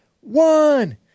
one